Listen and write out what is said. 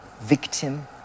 victim